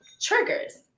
triggers